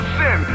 sin